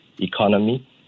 economy